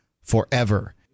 forever